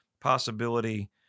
possibility